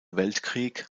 weltkrieg